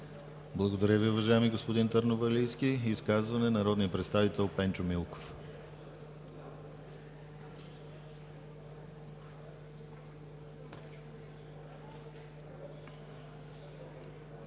Благодаря Ви, уважаеми господин Търновалийски. Изказване – народният представител Пенчо Милков.